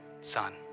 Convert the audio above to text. son